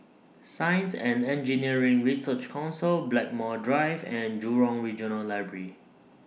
Science and Engineering Research Council Blackmore Drive and Jurong Regional Library